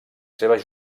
seves